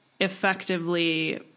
effectively